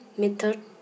method